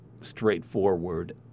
straightforward